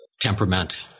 temperament